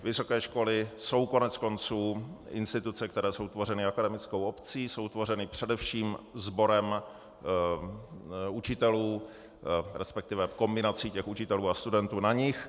Vysoké školy jsou koneckonců instituce, které jsou tvořeny akademickou obcí, jsou tvořeny především sborem učitelů, resp. kombinací učitelů a studentů na nich.